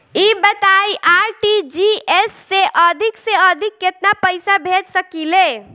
ई बताईं आर.टी.जी.एस से अधिक से अधिक केतना पइसा भेज सकिले?